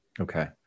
Okay